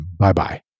bye-bye